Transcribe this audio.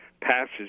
passes